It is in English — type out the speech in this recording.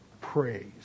praise